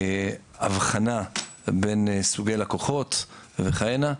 הבחנה בין סוגי לקוחות וכהנה.